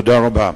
תודה רבה.